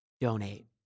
donate